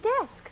desk